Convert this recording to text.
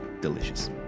delicious